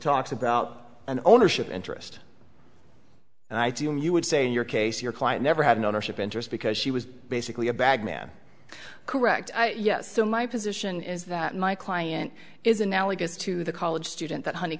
talks about an ownership interest and i do mean you would say in your case your client never had an ownership interest because she was basically a bag man correct yes so my position is that my client is analogous to the college student that